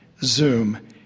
Zoom